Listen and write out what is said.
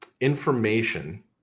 information